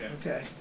Okay